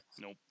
Nope